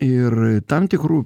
ir tam tikru